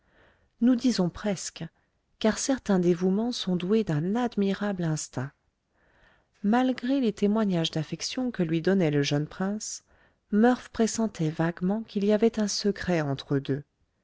nous disons presque car certains dévouements sont doués d'un admirable instinct malgré les témoignages d'affection que lui donnait le jeune prince murph pressentait vaguement qu'il y avait un secret entre eux deux